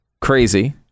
Crazy